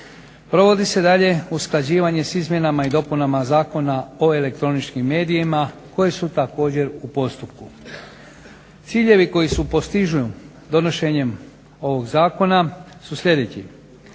Provodi se dalje usklađivanje s izmjenama i dopunama Zakona o elektroničkim medijima koji su također u postupku. Ciljevi koji se postižu donošenjem ovog zakona su sljedeći: